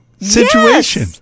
situation